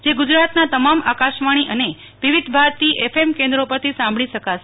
જે ગુજરાતના તમામ આકાશવાણી અને વિવિધ ભારતો એફ એમ કેન્દ્રો પ રથો સાંભળી શકાશે